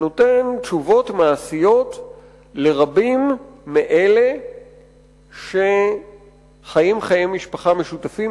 שנותן תשובות מעשיות לרבים מאלה שחיים חיי משפחה משותפים